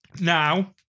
Now